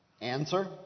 Answer